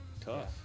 Tough